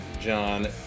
John